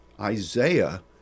Isaiah